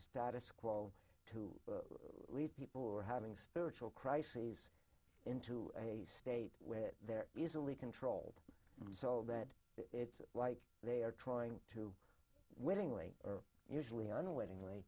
status quo to lead people who are having spiritual crises into a state where they're easily controlled so that it's like they are trying to willingly or usually unwittingly